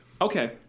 Okay